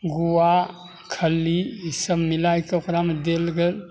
गुआ खली ई सभ मिला कऽ ओकरामे देल गेल